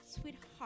Sweetheart